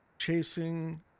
Chasing